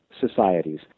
societies